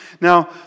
Now